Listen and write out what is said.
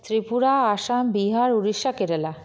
Tripura Assam Bihar Orissa Kerala